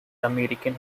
american